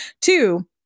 Two